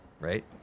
right